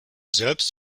selbst